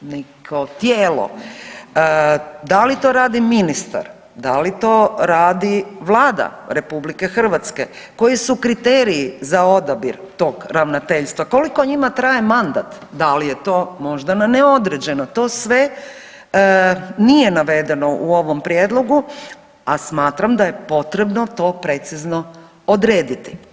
neko tijelo, da li to radi ministar, da li to radi Vlada RH, koji su kriteriji za odabir tog ravnateljstva, koliko njima traje mandat, da li je to možda na neodređeno, to sve nije navedeno u ovom prijedlogu, a smatram da je potrebno to precizno odrediti.